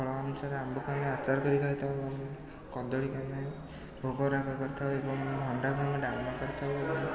ଫଳ ଅନୁସାରେ ଆମ୍ବକୁ ଆମେ ଆଚାର କରି ଖାଇଥାଉ ଏବଂ କଦଳୀକି ଆମେ ଭୋଗରାଗ କରିଥାଇ ଏବଂ ଭଣ୍ଡାକୁ ଆମେ ଡାଲି କରିଥାଉ